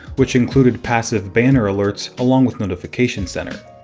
which included passive banner alerts, along with notification center.